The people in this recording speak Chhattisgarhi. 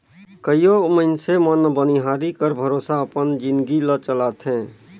कइयो मइनसे मन बनिहारी कर भरोसा अपन जिनगी ल चलाथें